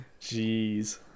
Jeez